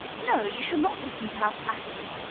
no, you shall not listen to her flattery.